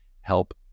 help